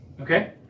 Okay